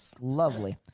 lovely